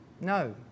No